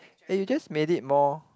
eh you just made it more